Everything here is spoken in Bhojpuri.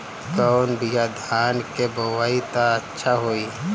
कौन बिया धान के बोआई त अच्छा होई?